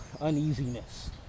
uneasiness